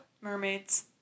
Mermaids